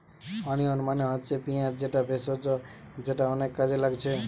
onion মানে হচ্ছে পিঁয়াজ যেটা ভেষজ যেটা অনেক কাজে লাগছে